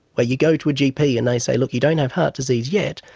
where you go to a gp and they say, look, you don't have heart disease yet,